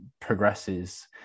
progresses